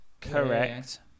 Correct